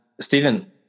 Stephen